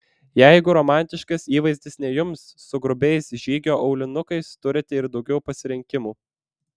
jeigu romantiškas įvaizdis ne jums su grubiais žygio aulinukais turite ir daugiau pasirinkimų